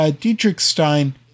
Dietrichstein